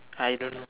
I don't know